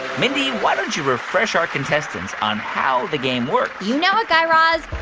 mindy, why don't you refresh our contestants on how the game works? you know it, guy raz.